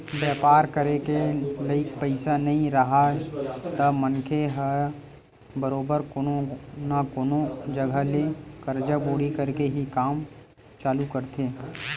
बेपार करे के लइक पइसा नइ राहय त मनखे ह बरोबर कोनो न कोनो जघा ले करजा बोड़ी करके ही काम चालू करथे